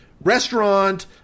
restaurant